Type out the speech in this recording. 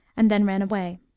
and then ran away.